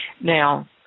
Now